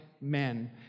men